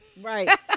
Right